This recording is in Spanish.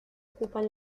ocupan